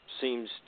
seems